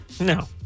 No